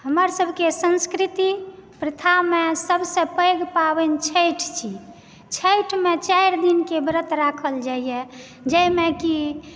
हमर सभके संस्कृति प्रथामे सभसँ पैघ पाबनि छठि छी छठिमे चारि दिनके व्रत राखल जाइए जाहिमे की